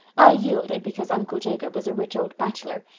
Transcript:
i yielded, because uncle jacob was a rich old bachelor.